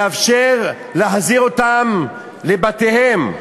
לאפשר להחזיר אותם לבתיהם.